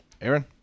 Aaron